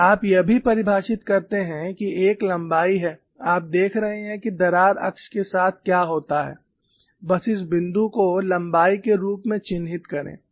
और आप यह भी परिभाषित करते हैं कि एक लंबाई है आप देख रहे हैं कि दरार अक्ष के साथ क्या होता है बस इस बिंदु को लंबाई के रूप में चिह्नित करें